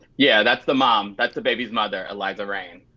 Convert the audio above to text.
yeah, that's the mom, that's the baby's mother, eliza reign.